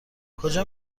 کجا